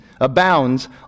abounds